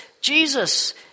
Jesus